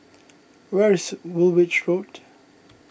where is Woolwich Road